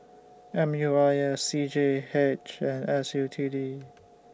M U I S C G H and S U T D